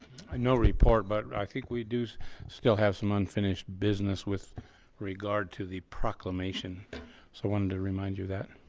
i know report, but i think we do still have some unfinished business with regard to the proclamation so wanted to remind you that